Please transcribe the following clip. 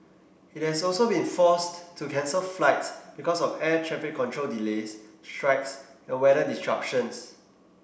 it has also been forced to cancel flights because of air traffic control delays strikes and weather disruption